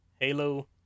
Halo